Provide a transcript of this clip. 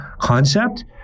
concept